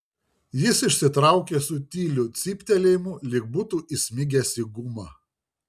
jis išsitraukė su tyliu cyptelėjimu lyg būtų įsmigęs į gumą